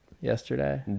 yesterday